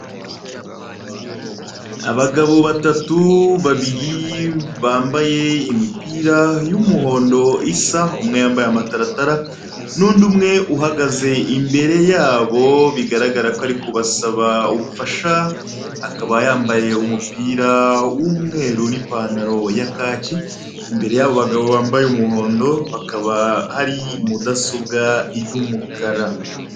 Abagabo batatu, babiri bambaye imipira y'umuhondo isa, umwe yambaye amataratara n'undi umwe uhagaze imbere yabo bigaragara ko ari kubasaba ubufasha, akaba yambaye umupira w'umweru n'ipantaro ya kacye, imbere yabo bagabo bambaye umuhondo hakaba hari mudasobwa y'umukara.